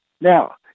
Now